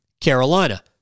Carolina